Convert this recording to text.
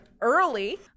early